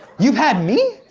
you've had me?